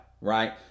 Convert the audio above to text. Right